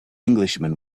englishman